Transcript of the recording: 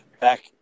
Back